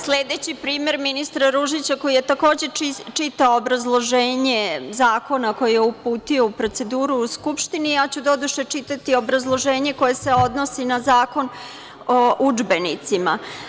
Sledeći primer ministra Ružića koji je takođe čitao obrazloženje zakona koji je uputio u proceduru u Skupštini, ja ću doduše čitati obrazloženje koje se odnosi na Zakon o udžbenicima.